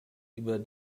über